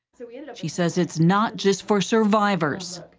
so you know she says it's not just for survivors.